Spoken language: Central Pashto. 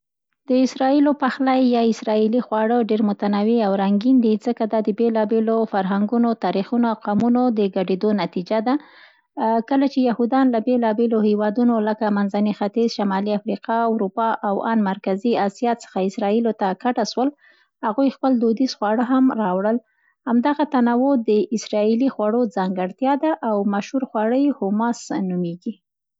د اسراییلو پخلی یا "اسراییلي خواړه" ډېر متنوع او رنګین دي، ځکه دا د بېلابېلو فرهنګونو، تاریخونو او قومونو د ګډېدو نتیجه ده. کله چي یهودیان له بېلابېلو هېوادونو، لکه: منځني ختیځ، شمالي افریقا، اروپا او ان مرکزي آسیا څخه اسراییل ته کډه سول، هغوی خپل دودیز خواړه هم راوړل. همدغه تنوع د اسراییلي خوړو ځانګړتیا ده او مشهور خواړه یې حوماس نومېږي.